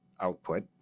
output